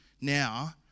now